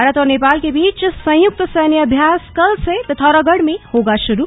भारत और नेपाल के बीच संयुक्त सैन्य अभ्यास कल से पिथौरागढ़ में होगा शुरू